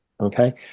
Okay